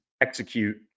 execute